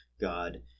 God